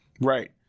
Right